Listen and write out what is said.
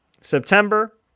September